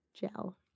gel